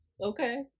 Okay